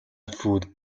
food